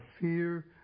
fear